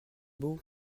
beau